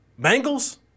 Bengals